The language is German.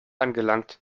angelangt